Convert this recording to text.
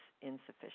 insufficient